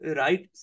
right